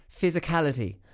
physicality